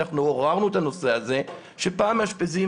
ואנחנו עוררנו את הנושא הזה - פעם מאשפזים